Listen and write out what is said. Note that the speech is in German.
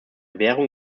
währung